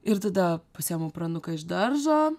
ir tada pasiemu pranuką iš daržo